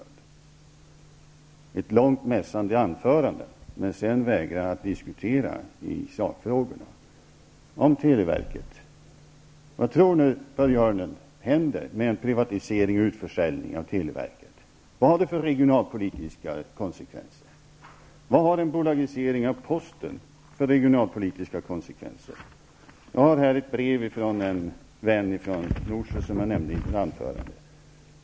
Nu håller han ett långt mässande anförande och vägrar sedan att diskutera sakfrågorna om televerket. Vad tror Börje Hörnlund händer vid en privatisering och utförsäljning av televerket? Vad har det för regionalpolitiska konsekvenser? Vad har en bolagisering av posten för regionalpolitiska konsekvenser? Jag har här ett brev från en vän i Norsjö som jag nämnde i mitt anförande.